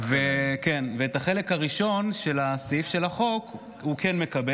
ואת החלק הראשון של הסעיף של החוק הוא כן מקבל.